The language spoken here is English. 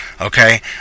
Okay